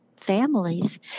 families